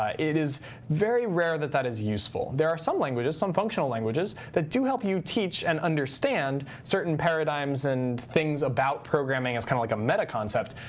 ah it is very rare that that is useful. there are some languages, some functional languages, that do help you teach and understand certain paradigms and things about programming as kind of like a meta concept.